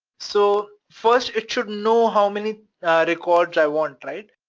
so, first it should know how many records i want, right?